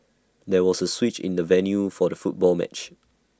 there was A switch in the venue for the football match